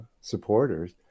supporters